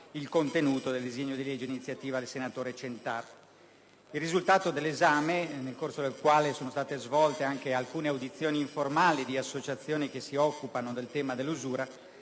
il contenuto del disegno di legge d'iniziativa del senatore Centaro. Il risultato dell'esame in Commissione, nel corso del quale sono state svolte anche alcune audizioni informali di associazioni che si occupano di usura,